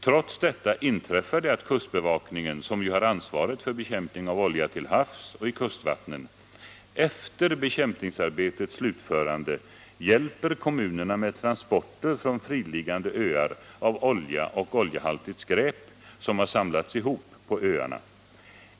Trots detta inträffar det att kustbevakningen — som ju har ansvaret.för bekämpning av olja till havs och i kustvattnen — efter bekämpningsarbetets slutförande hjälper kommunerna med transporter från friliggande öar av olja och oljehaltigt skräp som har samlats ihop på öarna.